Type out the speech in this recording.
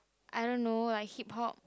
I don't know like Hip-Hop